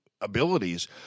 abilities